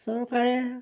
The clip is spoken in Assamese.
চৰকাৰে